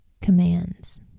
commands